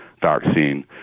vaccine